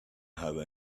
have